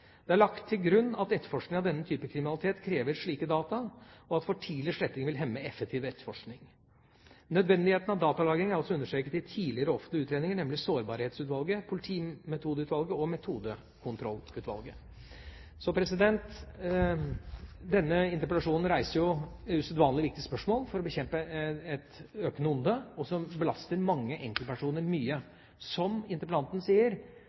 Det er lagt til grunn at etterforskning av denne typen kriminalitet krever slike data, og at for tidlig sletting vil hemme effektiv etterforskning. Nødvendigheten av datalagring er også understreket i tidligere offentlige utredninger, nemlig Sårbarhetsutvalget, Politimetodeutvalget og Metodekontrollutvalget. Denne interpellasjonen reiser jo usedvanlig viktige spørsmål knyttet til å bekjempe et økende onde, som belaster mange enkeltpersoner mye, og, som interpellanten sier,